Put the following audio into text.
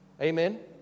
Amen